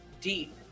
deep